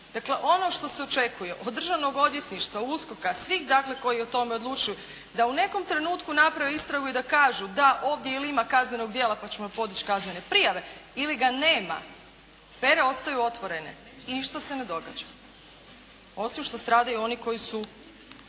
Dakle ono što se očekuje od Državnog odvjetništva, USKOK-a svih dakle koji o tome odlučuju da u nekom trenutku naprave istragu i da kažu da ovdje ili ima kaznenog djela pa ćemo podići kaznene prijave ili ga nema, afere ostaju otvorene. I ništa se ne događa. Osim što stradaju oni koji su